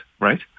right